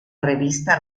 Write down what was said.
revista